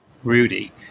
rudy